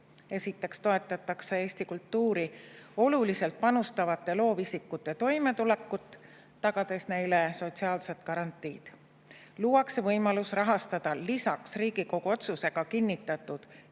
Toetatakse Eesti kultuuri oluliselt panustavate loovisikute toimetulekut, tagades neile sotsiaalsed garantiid. Luuakse võimalus rahastada lisaks Riigikogu otsusega kinnitatud